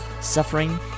suffering